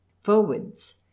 Forwards